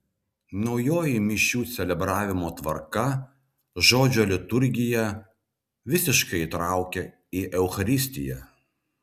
naujoji mišių celebravimo tvarka žodžio liturgiją visiškai įtraukia į eucharistiją